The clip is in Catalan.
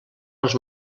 els